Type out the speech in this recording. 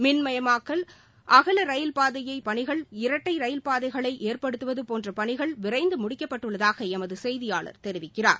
மின்மயமாக்கல் அகல ரயில்பாதைப் பணிகள் இரட்டை ரயில்பாதைகளை ஏற்படுத்துவது போன்ற பணிகள் விரைந்து முடிக்கப்பட்டுள்ளதாக எமது செய்தியாளர் தெரிவிக்கிறார்